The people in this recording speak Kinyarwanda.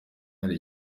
hari